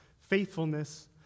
faithfulness